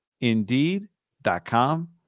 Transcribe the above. indeed.com